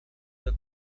the